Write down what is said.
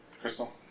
Crystal